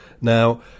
Now